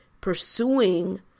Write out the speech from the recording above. pursuing